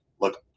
look